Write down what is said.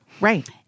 Right